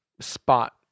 spot